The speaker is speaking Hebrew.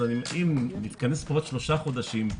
אם נתכנס פה עוד שלושה חודשים.